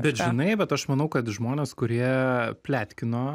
bet žinai bet aš manau kad žmonės kurie pletkino